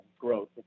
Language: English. growth